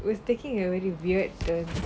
what's taking you already weird the